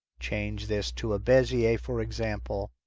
change this to a bezier, for example.